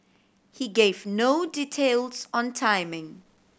he gave no details on timing